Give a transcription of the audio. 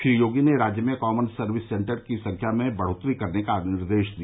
श्री योगी ने राज्य में कॉमन सर्विस सेन्टर की संख्या में बढ़ोत्तरी करने का निर्देश दिया